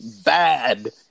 bad